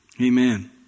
Amen